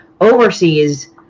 overseas